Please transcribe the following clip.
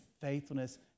faithfulness